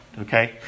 Okay